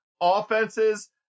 offenses